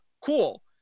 cool